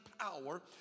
power